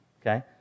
okay